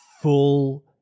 full